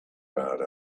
rode